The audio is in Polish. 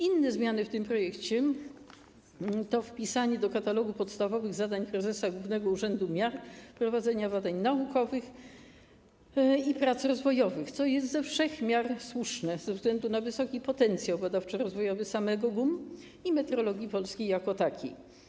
Inne zmiany w tym projekcie to wpisanie do katalogu podstawowych zadań prezesa Głównego Urzędu Miar prowadzenia badań naukowych i prac rozwojowych, co jest ze wszech miar słuszne ze względu na wysoki potencjał badawczo-rozwojowy samego GUM i metrologii polskiej jako takiej.